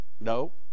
No